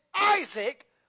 Isaac